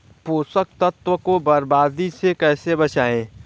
पोषक तत्वों को बर्बादी से कैसे बचाएं?